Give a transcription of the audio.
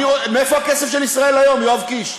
מאיפה הכסף של "ישראל היום", יואב קיש?